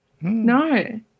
No